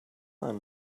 why